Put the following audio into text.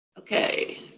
Okay